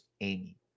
Amy